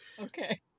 Okay